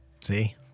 See